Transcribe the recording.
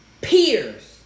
peers